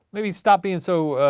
maybe stop being so